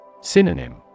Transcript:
Synonym